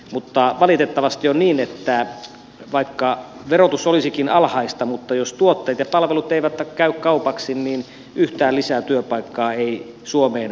mutta valitettavasti on niin että vaikka verotus olisikin alhaista jos tuotteet ja palvelut eivät käy kaupaksi niin yhtään lisää työpaikkaa ei suomeen valitettavasti synny